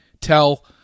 tell